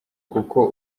kuko